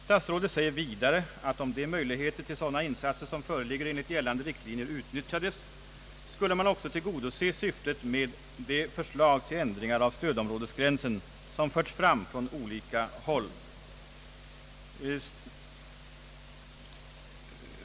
Statsrådet säger vidare att om de möjligheter till sådana insatser som föreligger enligt gällande riktlinjer utnyttjats skulle man också tillgodose syftet med de förslag till ändringar av stödområdesgränsen som förts fram från olika håll.